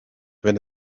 wenn